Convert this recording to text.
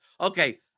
okay